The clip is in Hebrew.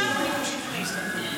עכשיו אני מושכת את ההסתייגויות.